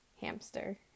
Hamster